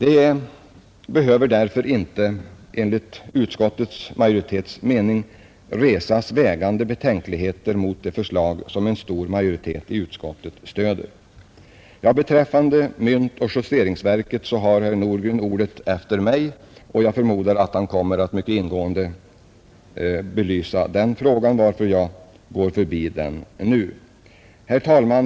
Enligt utskottsmajoritetens mening behöver det därför inte resas några vägande betänkligheter mot det förslag som en stor majoritet av utskottet stöder. Beträffande myntoch justeringsverket har herr Nordgren ordet efter mig, och jag förmodar att han kommer att belysa den frågan mycket ingående, varför jag nu går förbi den. Herr talman!